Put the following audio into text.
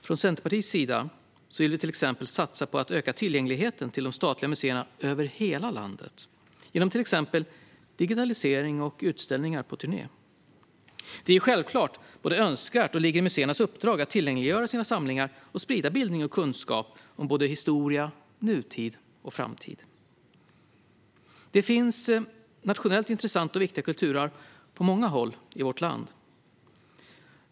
Från Centerpartiets sida vill vi exempelvis satsa på att öka tillgängligheten till de statliga museerna över hela landet genom till exempel digitalisering och utställningar på turné. Det är självklart önskvärt och ligger i museernas uppdrag att tillgängliggöra sina samlingar och sprida bildning och kunskap om både historia, nutid och framtid. Det finns nationellt intressanta och viktiga kulturarv på många håll i vårt land.